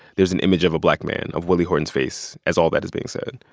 there's an image of a black man, of willie horton's face, as all that is being said.